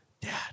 Dad